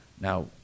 Now